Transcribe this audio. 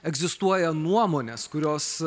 egzistuoja nuomonės kurios